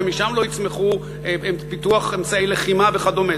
ומשם לא יצמח פיתוח אמצעי לחימה וכדומה,